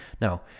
Now